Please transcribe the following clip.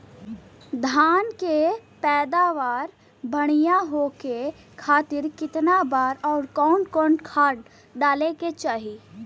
धान के पैदावार बढ़िया होखे खाती कितना बार अउर कवन कवन खाद डाले के चाही?